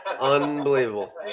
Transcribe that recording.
Unbelievable